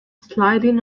sliding